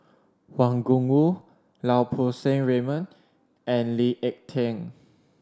Wang Gungwu Lau Poo Seng Raymond and Lee Ek Tieng